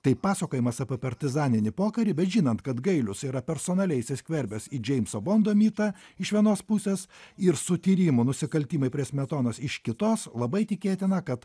tai pasakojimas apie partizaninį pokarį bet žinant kad gailius yra personaliai įsiskverbęs į džeimso bondo mitą iš vienos pusės ir su tyrimu nusikaltimai prie smetonos iš kitos labai tikėtina kad